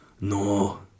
no